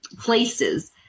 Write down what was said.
places